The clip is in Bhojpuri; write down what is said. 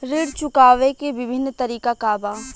ऋण चुकावे के विभिन्न तरीका का बा?